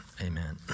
amen